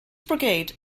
brigade